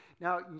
Now